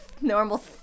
Normal